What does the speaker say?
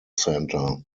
centre